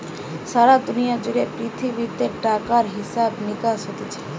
সারা দুনিয়া জুড়ে পৃথিবীতে টাকার হিসাব নিকাস হতিছে